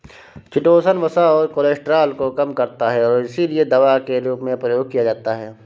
chitosan वसा और cholesterol को कम करता है और इसीलिए दवा के रूप में प्रयोग किया जाता है